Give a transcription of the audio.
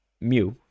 mu